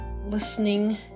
listening